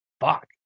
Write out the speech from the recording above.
Fuck